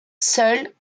seul